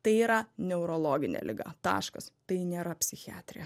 tai yra neurologinė liga taškas tai nėra psichiatrija